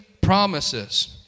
promises